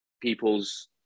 people's